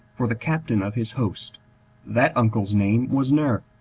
for the captain of his host that uncle's name was ner.